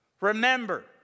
Remember